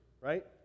right